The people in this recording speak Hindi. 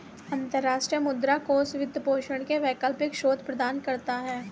अंतर्राष्ट्रीय मुद्रा कोष वित्त पोषण के वैकल्पिक स्रोत प्रदान करता है